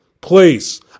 please